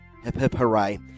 Hip-hip-hooray